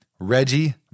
reggie